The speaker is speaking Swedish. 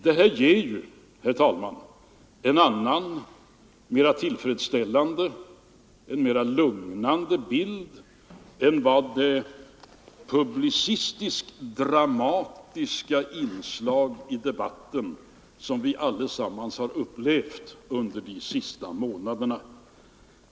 Detta ger ju, herr talman, en annan, mer tillfredsställande och lugnande bild än de publicistiskt dramatiska inslag i debatten som vi allesammans har upplevt under de senaste månaderna.